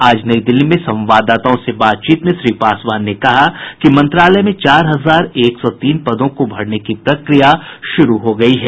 आज नई दिल्ली में संवाददाताओं से बातचीत में श्री पासवान ने कहा मंत्रालय में चार हजार एक सौ तीन पदों को भरने की प्रक्रिया शुरू हो गई है